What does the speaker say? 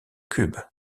cubes